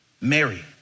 Mary